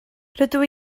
rydw